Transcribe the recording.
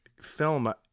film